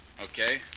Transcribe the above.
Okay